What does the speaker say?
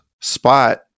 spot